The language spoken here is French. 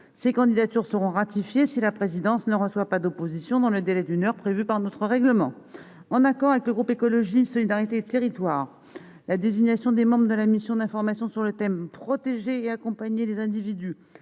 Ces candidatures seront ratifiées, si la présidence ne reçoit pas d'opposition dans le délai d'une heure prévu par notre règlement. En accord avec le groupe Écologiste - Solidarité et Territoires, la désignation des dix-neuf membres de la mission d'information sur le thème « Protéger et accompagner les individus